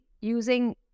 using